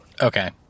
Okay